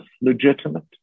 legitimate